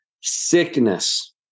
sickness